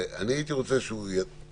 אני הייתי רוצה שהוא יציג